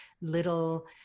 little